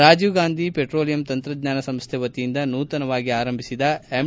Rajiv Gandhi petroleum ತಂತ್ರಜ್ಞಾನ ಸಂಸ್ಥೆ ವತಿಯಿಂದ ನೂತನವಾಗಿ ಆರಂಭಿಸಿದ ಎಂ